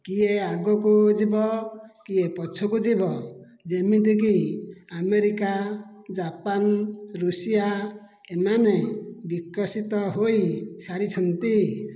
କିଏ ଆଗକୁ ଯିବ କିଏ ପଛକୁ ଯିବ ଯେମିତିକି ଆମେରିକା ଜାପାନ ୠଷିଆ ଏମାନେ ବିକଶିତ ହୋଇ ସାରିଛନ୍ତି